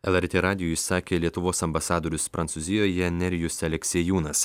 lrt radijui sakė lietuvos ambasadorius prancūzijoje nerijus aleksiejūnas